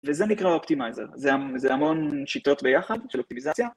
וזה נקרא אופטימייזר, זה המון שיטות ביחד של אופטימיזציה